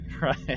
Right